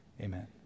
amen